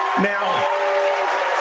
Now